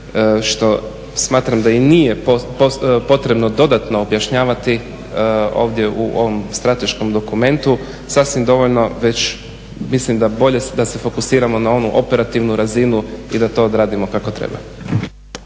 što smatram da i nije potrebno dodatno objašnjavati ovdje u ovom strateškom dokumentu, sasvim dovoljno već mislim da bolje da se fokusiramo na onu operativnu razinu i da to odradimo kako treba.